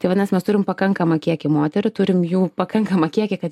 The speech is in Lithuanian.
tai vadinasi mes turim pakankamą kiekį moterų turim jų pakankamą kiekį kad